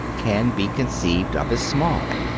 can be conceived of as small.